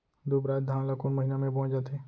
दुबराज धान ला कोन महीना में बोये जाथे?